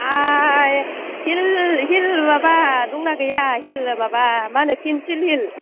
high हिल हिल माबा दंना गैया हिल माबा मा होनो पेनसिल हिल